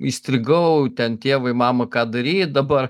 įstrigau ten tėvai mamai ką daryt dabar